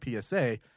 PSA